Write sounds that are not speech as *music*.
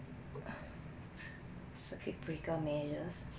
*noise* circuit breaker measures